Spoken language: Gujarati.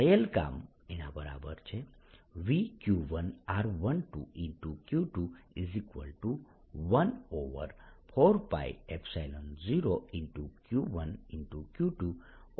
થયેલ કામ VQ1r12